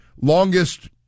Longest